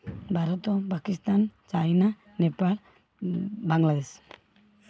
Bharat Pakistan China Nepal Bangladesh